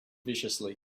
viciously